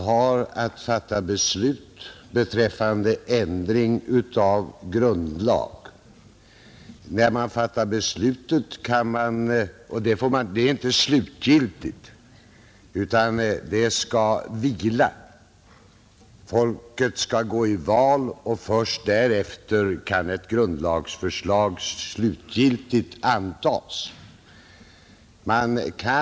När man fattar beslut om ändring av grundlag är det första beslutet inte slutgiltigt, utan det skall vila. Folket skall gå till val, och först därefter kan ett grundlagsförslag slutgiltigt antas.